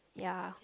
ya